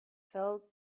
fell